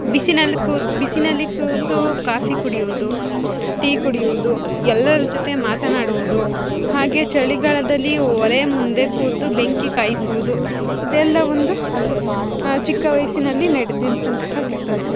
ಬಿಸಿಲಲ್ಲಿ ಕೂತು ಬಿಸಿಲಲ್ಲಿ ಕೂತು ಕಾಫಿ ಕುಡಿಯುವುದು ಟೀ ಕುಡಿಯುವುದು ಎಲ್ಲರ ಜೊತೆ ಮಾತನಾಡುವುದು ಹಾಗೆ ಚಳಿಗಾಲದಲ್ಲಿ ಒಲೆಯ ಮುಂದೆ ಕೂತು ಬೆಂಕಿ ಕಾಯಿಸುವುದು ಇದೆಲ್ಲ ಒಂದು ಚಿಕ್ಕ ವಯಸ್ಸಿನಲ್ಲಿ ನಡ್ದಿದಂತಹ ಘಟನೆ